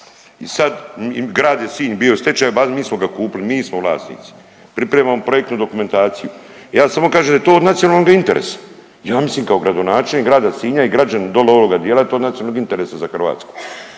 I sad grad je Sinj bio …/Govornik se ne razumije./… mi smo ga kupili, mi smo vlasnici, pripremamo projektnu dokumentaciju. Ja samo kažem da je od nacionalnoga interesa. Ja mislim kao gradonačelnik grada Sinja i građani doli ovoga dijela da je to od nacionalnoga interesa za Hrvatsku.